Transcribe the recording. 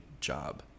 job